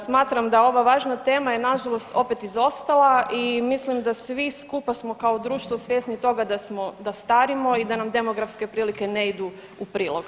Smatram da ova važna tema je nažalost opet izostala i mislim da svi skupa smo kao društvo svjesni toga da starimo i da nam demografske prilike ne idu u prilog.